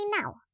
now